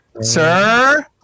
sir